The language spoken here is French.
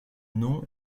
nom